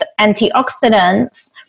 antioxidants